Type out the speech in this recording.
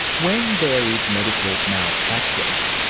when there is medical malpractice,